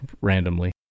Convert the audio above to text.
randomly